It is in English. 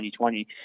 2020